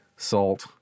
salt